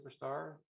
superstar